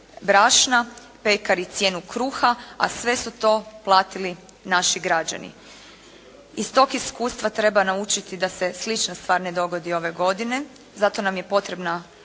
brašna, pekari cijene kruha, a sve su to platili naši građani. Iz tog iskustva treba naučiti da se slična stvar ne dogodi ove godine, zato nam je potrebna